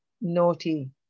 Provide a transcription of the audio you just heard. naughty